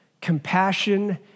compassion